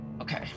Okay